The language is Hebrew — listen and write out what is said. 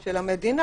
של המדינה.